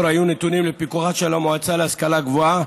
היו נתונים לפיקוחה של המועצה להשכלה גבוהה